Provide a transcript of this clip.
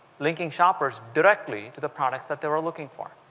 linking shoppers directly to the products that they are looking for.